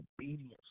obedience